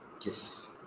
yes